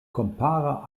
kompare